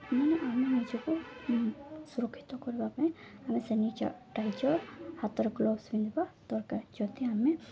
ମାନେ ଆମେ ନିଜକୁ ସୁରକ୍ଷିତ କରିବା ପାଇଁ ଆମେ ସାନିଟାଇଜର୍ ହାତର ଗ୍ଲୋଭ୍ସ ପିନ୍ଧିବା ଦରକାର ଯଦି ଆମେ